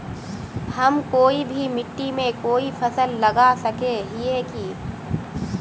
हम कोई भी मिट्टी में कोई फसल लगा सके हिये की?